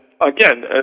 again